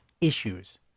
issues